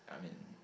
yeah I mean